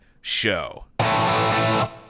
Show